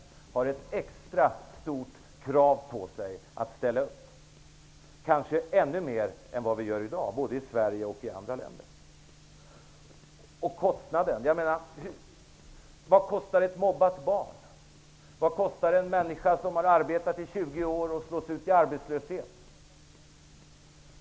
Vi har ett extra stort krav på oss att ställa upp. Vi borde kanske ställa upp ännu mer än vad vi gör i dag, både i Sverige och i andra länder. Vad kostar ett mobbat barn? Vad kostar en människa som har arbetat i 20 år och som slås ut i arbetslöshet?